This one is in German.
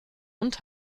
hund